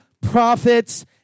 prophets